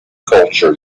cultures